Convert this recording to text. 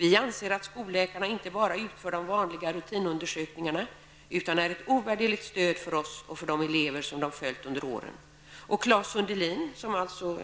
Vi anser att skolläkarna inte bara utför de vanliga rutinundersökningarna utan är ett ovärderligt stöd för oss och för de elever som de följt under åren.'' Claes Sundelin, som